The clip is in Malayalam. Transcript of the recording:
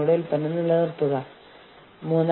നിങ്ങൾക്കറിയാമോ നിങ്ങൾക്ക് പരാതി നടപടിക്രമങ്ങളുണ്ട്